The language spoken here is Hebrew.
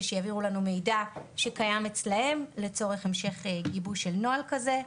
מנת שיעבירו לנו מידע שקיים אצלם לצורך המשך גיבוש של נוהל כזה.